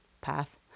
path